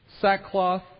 Sackcloth